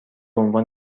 عنوان